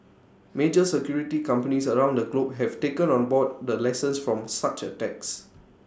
major security companies around the globe have taken on board the lessons from such attacks